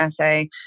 essay